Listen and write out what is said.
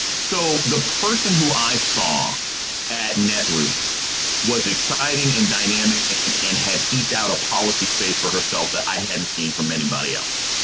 so the person who i saw at netroots was exciting and dynamic and had eked out a policy space for herself that i hadn't seen from anybody else.